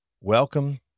Welcome